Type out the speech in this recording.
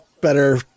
better